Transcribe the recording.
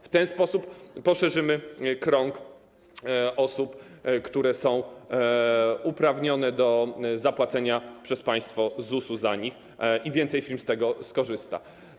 W ten sposób poszerzymy krąg osób, które są uprawnione do zapłacenia przez państwo ZUS-u za nich, i więcej firm z tego skorzysta.